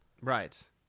Right